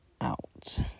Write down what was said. out